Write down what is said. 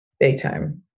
Daytime